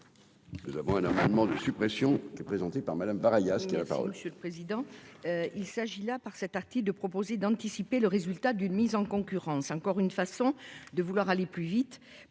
Nous avons un amendement de suppression et présenté par Madame pareil